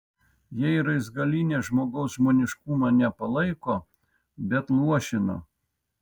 jei raizgalynė žmogaus žmoniškumą ne palaiko bet luošina